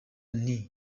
nti